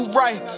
right